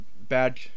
bad